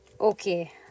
Okay